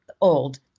old